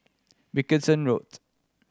Wilkinson Road